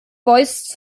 voice